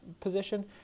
position